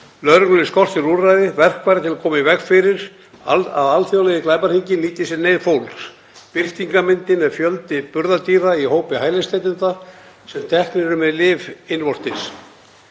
Lögregluna skortir sérúrræði og verkfæri til að koma í veg fyrir að alþjóðlegir glæpahringir nýti sér neyð fólks. Birtingarmyndin er fjöldi burðardýra í hópi hælisleitenda sem teknir eru með lyf innvortis.